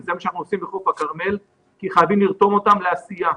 זה מה שאנחנו עושים בחוף הכרמל כי חייבים לרתום אותם לעשייה.